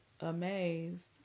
amazed